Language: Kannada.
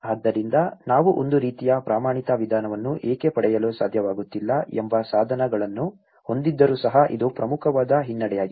ಆದ್ದರಿಂದ ನಾವು ಒಂದು ರೀತಿಯ ಪ್ರಮಾಣಿತ ವಿಧಾನವನ್ನು ಏಕೆ ಪಡೆಯಲು ಸಾಧ್ಯವಾಗುತ್ತಿಲ್ಲ ಎಂಬ ಸಾಧನಗಳನ್ನು ಹೊಂದಿದ್ದರೂ ಸಹ ಇದು ಪ್ರಮುಖವಾದ ಹಿನ್ನಡೆಯಾಗಿದೆ